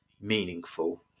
meaningful